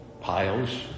piles